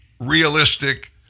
realistic